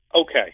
Okay